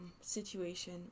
situation